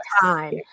time